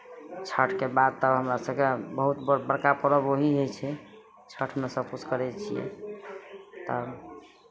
छठिके बाद तऽ हमरा सभकेँ बहुत बड़ बड़का पर्व ओही होइ छै छठिमे सभकिछु करै छियै तब